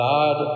God